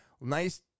nice